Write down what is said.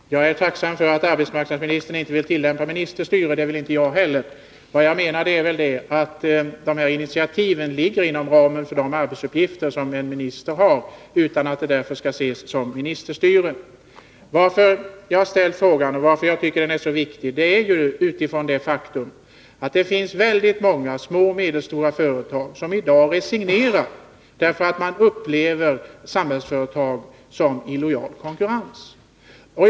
Herr talman! Jag är tacksam för att arbetsmarknadsministern inte vill tillämpa ministerstyre — det vill inte jag heller. Vad jag menar är att de här initiativen ligger inom ramen för de arbetsuppgifter som en minister har, utan att det därför skall ses som ministerstyre. Anledningen till att jag har ställt frågan och till att jag tycker den är så viktig är det faktum att det finns väldigt många små och medelstora företag som i dag resignerar, därför att man uppfattar att Samhällsföretag bedriver illojal konkurrens.